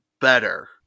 better